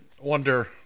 wonder